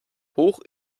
hoch